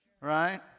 Right